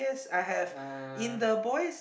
uh